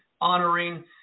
honoring